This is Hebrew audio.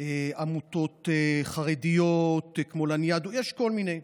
עמותות חרדיות, כמו לניאדו, יש כל מיני,